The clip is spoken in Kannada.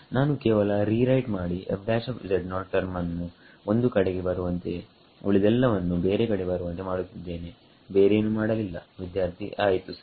ನಾನು ಕೇವಲ ಇಲ್ಲಿ ರೀರೈಟ್ ಮಾಡಿ ಟರ್ಮನ್ನು ಒಂದು ಕಡೆಗೆ ಬರುವಂತೆ ಉಳಿದೆಲ್ಲ ವನ್ನು ಬೇರೆ ಕಡೆ ಬರುವಂತೆ ಮಾಡುತ್ತಿದ್ದೇನೆ ಬೇರೇನೂ ಮಾಡಲಿಲ್ಲ ವಿದ್ಯಾರ್ಥಿಆಯಿತು ಸರಿ